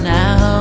now